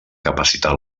capacitat